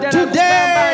today